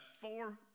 four